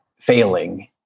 failing